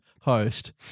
host